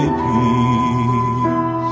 peace